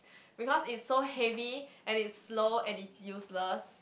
because it's so heavy and it's slow and it's useless